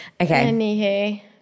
okay